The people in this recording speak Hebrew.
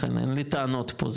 לכן אין לי טענות פה,